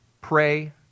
pray